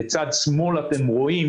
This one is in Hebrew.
בצד שמאל אתם רואים